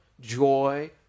joy